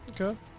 Okay